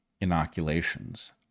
inoculations